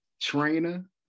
trainer